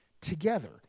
together